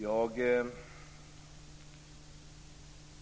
Jag